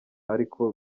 ariko